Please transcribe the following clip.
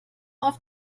auf